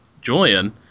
Julian